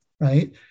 right